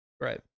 Right